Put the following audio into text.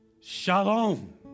Shalom